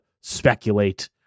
speculate